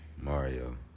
Mario